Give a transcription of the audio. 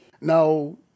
Now